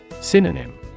Synonym